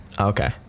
Okay